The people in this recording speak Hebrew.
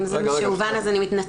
אם זה מה שהובן, אני מתנצלת.